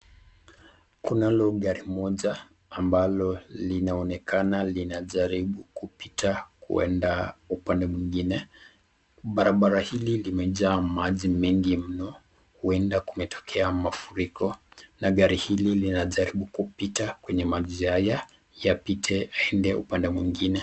Kunalo gari moja ambalo linaonekana linajaribu kupita kwenda upande mwingine, barabara hili limejaa maji mengi mno huenda kumetokea mafuriko, na gari hili linajaribu kupita kwenye maji haya apite aende upande mwingine.